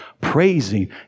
praising